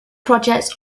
projects